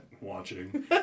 watching